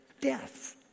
death